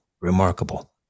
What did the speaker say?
Remarkable